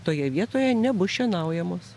toje vietoje nebus šienaujamos